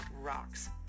rocks